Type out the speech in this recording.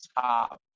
top